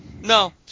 No